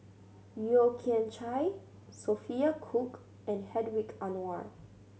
Yeo Kian Chai Sophia Cooke and Hedwig Anuar